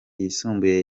yisumbuye